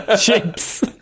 Chips